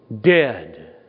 dead